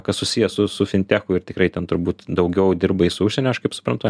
kas susiję su su fintechu ir tikrai ten turbūt daugiau dirbai su užsieniu aš kaip suprantu